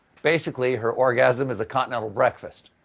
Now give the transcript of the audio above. basically her orgasm is a continental breakfast.